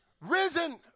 risen